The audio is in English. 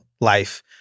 life